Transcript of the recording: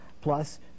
plus